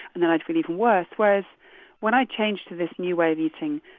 then i'd feel even worse whereas when i changed to this new way of eating,